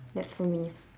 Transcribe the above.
that's for me